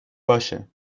باشه